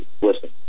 listen